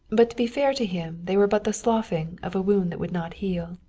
but to be fair to him they were but the sloughing of a wound that would not heal.